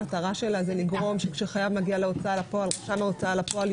המטרה שלה היא לגרום לכך שכשחייב מגיע לרשם ההוצאה לפועל,